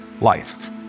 life